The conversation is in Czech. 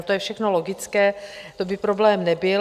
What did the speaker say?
To je všechno logické, to by problém nebyl.